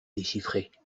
déchiffrer